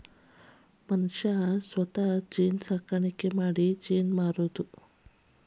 ಮಾನವನ ಸ್ವತಾ ಜೇನು ಸಾಕಾಣಿಕಿ ಮಾಡಿ ಜೇನ ಮಾರುದು